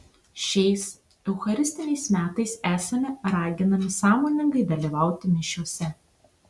šiais eucharistiniais metais esame raginami sąmoningai dalyvauti mišiose